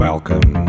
Welcome